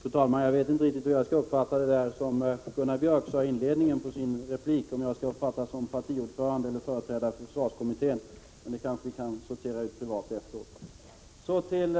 Fru talman! Jag vet inte riktigt hur jag skall uppfatta det Gunnar Björk sade i inledningen av sin replik — om jag skall uppfatta mig som partiordförande eller företrädare för försvarskommittén. Men det kan vi kanske sortera ut privat efteråt. Så till